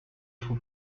for